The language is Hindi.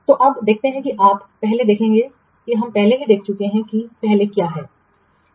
तो अब आप देखते हैं कि आप पहले देखेंगे हम पहले ही देख चुके हैं कि पहला क्या है